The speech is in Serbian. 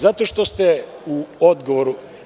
Zato što ste u odgovoru…